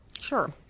Sure